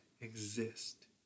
exist